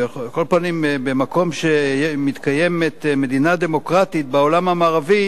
על כל פנים במקום שמתקיימת מדינה דמוקרטית בעולם המערבי,